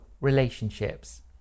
relationships